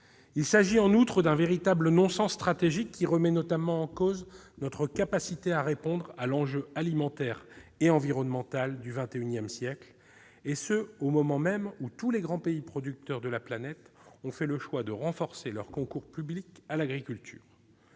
Il s'agit en outre d'un véritable non-sens stratégique, qui remet notamment en cause notre capacité à répondre à l'enjeu alimentaire et environnemental du XXI siècle, et ce au moment même où tous les grands pays producteurs de la planète ont fait le choix de renforcer leurs concours publics à l'agriculture.